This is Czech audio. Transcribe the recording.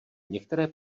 některé